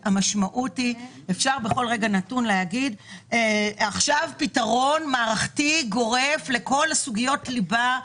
אפשר בכל רגע נתון להגיד: עכשיו פתרון מערכתי גורף לכל סוגיית ליבה.